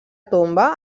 tomba